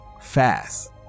fast